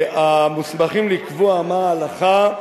המוסמכים לקבוע מה ההלכה,